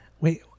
Wait